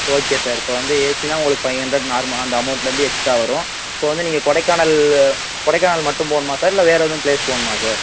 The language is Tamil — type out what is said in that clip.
ஓகே சார் இப்போ வந்து ஏசினா உங்களுக்கு ஃபைவ் ஹண்ட்ரெட் நார்ம அந்த அமௌன்ட்லேர்ந்து எக்ஸ்டா வரும் இப்போ வந்து நீங்கள் கொடைக்கானல் கொடைக்கானல் மட்டும் போகணுமா சார் இல்லை வேறு எதுவும் ப்ளேஸ் போகணுமா சார்